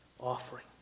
offering